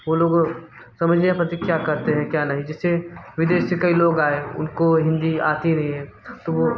वो लोग समझ नहीं आ पाती क्या करते हैं क्या नहीं जिससे विदेश से कई लोग आए उनको हिंदी आती नहीं है तो वो